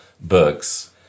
books